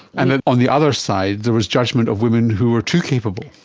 and then on the other side there was judgement of women who were too capable.